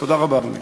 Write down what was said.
תודה רבה, אדוני.